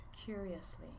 curiously